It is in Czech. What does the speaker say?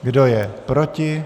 Kdo je proti?